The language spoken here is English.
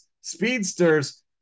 speedsters